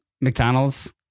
McDonald's